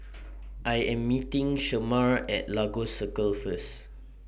I Am meeting Shemar At Lagos Circle First